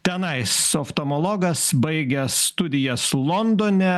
tenais oftamologas baigęs studijas londone